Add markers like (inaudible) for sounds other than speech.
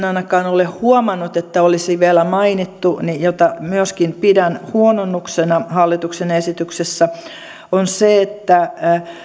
(unintelligible) ainakaan ole huomannut että olisi vielä mainittu jota myöskin pidän huononnuksena hallituksen esityksessä on se että